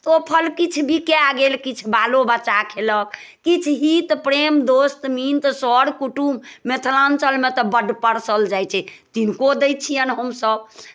ओ फल किछु बिकाए गेल किछु बालो बच्चा खयलक किछु हीत प्रेम दोस्त मित्र सर कुटुम मिथिलाञ्चलमे तऽ बड्ड परसल जाइ छै तिनको दै छियनि हमसभ